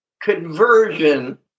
conversion